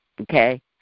okay